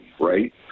right